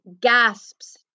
gasps